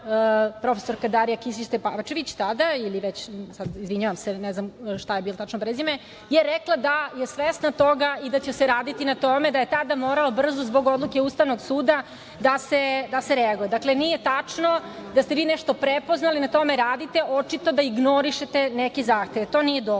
prof. Darija Kisić Tepavčević tada, izvinjavam se, ne znam šta je bilo tačno prezime, je rekla da je svesna toga i da će se raditi na tome, da je tada morala brzo zbog odluke Ustavnog suda da se reaguje. Dakle, nije tačno da ste vi nešto prepoznali, na tome radite. Očito da ignorišete neke zahteve. To nije dovoljno. Takođe,